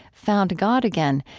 found god again,